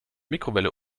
mikrowelle